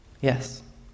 Yes